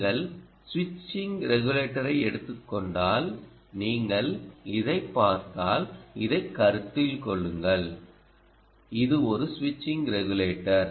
நீங்கள் ஸ்விட்சிங் ரெகுலேட்டரை எடுத்துக் கொண்டால் நீங்கள் இதைப் பார்த்தால் இதைக் கருத்தில் கொள்ளுங்கள் இது ஒரு ஸ்விட்சிங் ரெகுலேட்டர்